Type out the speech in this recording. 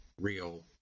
real